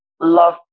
love